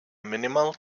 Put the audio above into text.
minimal